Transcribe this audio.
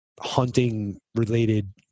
hunting-related